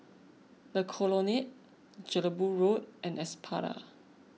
the Colonnade Jelebu Road and Espada